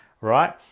right